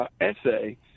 essay